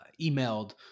emailed